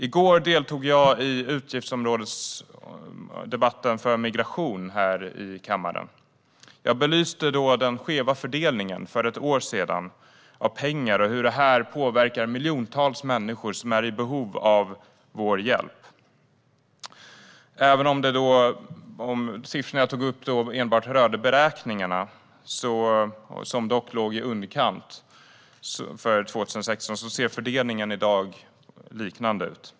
I går deltog jag i utgiftsområdesdebatten om migration här i kammaren. Jag belyste då den skeva fördelningen för ett år sedan av pengar och hur det påverkar miljontals människor som är i behov av vår hjälp. Även om siffrorna jag tog upp då enbart rörde beräkningarna för 2016, som dock låg i underkant, ser fördelningen i dag ut på liknande sätt.